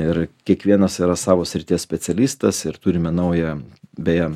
ir kiekvienas yra savo srities specialistas ir turime naują beje